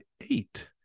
eight